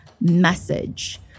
message